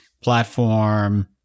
platform